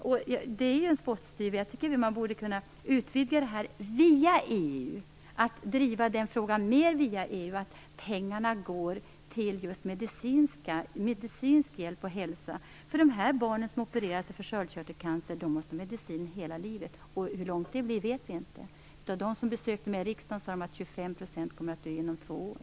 Men det är bara en spottstyver. Jag tycker att man borde kunna utvidga och driva denna fråga mer via EU och se till att pengarna går till medicinsk hjälp och hälsa. De barn som opererats för sköldkörtelcancer måste ha medicin hela livet. Hur långt det blir vet vi inte. De som besökte dem sade att 25 % kommer att dö inom två år.